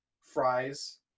fries